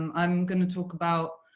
um i'm going to talk about